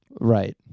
Right